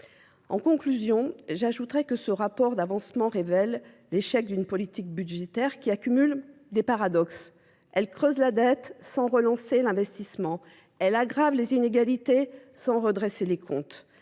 En conclusion, j'ajouterai que ce rapport d'avancement révèle l'échec d'une politique budgétaire qui accumule des paradoxes. Elle creuse la dette sans relancer l'investissement. Elle aggrave les inégalités sans redresser les comptes.